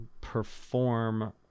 perform